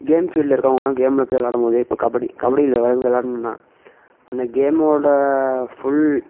game ஃபீல்டுல இருக்கவங்கள்லாம் கேம்ல போய் விளாடும் போது இப்போ கபடி கபடியில எதாவது விளாட்ணுன்னா அந்த கேம் ஓட ஃபுல்